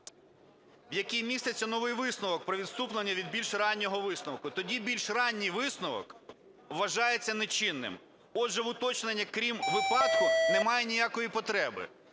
в якій міститься новий висновок про відступлення від більш раннього висновку, тоді більш ранній висновок вважається нечинним. Отже, в уточненні "крім випадку" немає ніякої потреби,